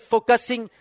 Focusing